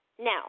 Now